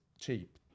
cheap